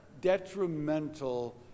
detrimental